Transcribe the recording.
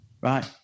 right